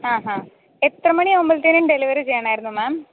ആഹാ എത്രമണിയാകുമ്പോഴത്തേക്ക് ഡെലിവറി ചെയ്യണമായിരുന്നു മാം